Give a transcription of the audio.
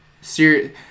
serious